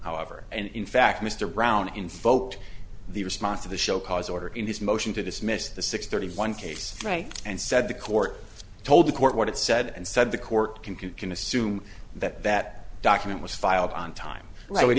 however and in fact mr brown in spoke to the response of the show cause order in his motion to dismiss the six thirty one case right and said the court told the court what it said and said the court can can can assume that that document was filed on time